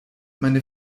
meine